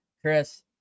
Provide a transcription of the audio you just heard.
Chris